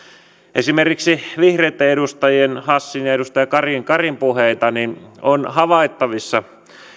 esimerkiksi vihreitten edustajien edustaja hassin ja edustaja karin karin puheita niin on havaittavissa